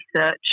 research